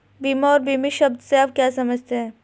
बीमा और बीमित शब्द से आप क्या समझते हैं?